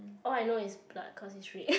all I know is blood cause it's red